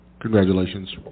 Congratulations